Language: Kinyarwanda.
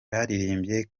baririmbye